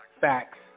facts